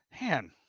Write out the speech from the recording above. Man